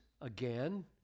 again